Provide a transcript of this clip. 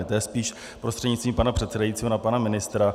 To je spíš prostřednictvím pana předsedajícího na pana ministra.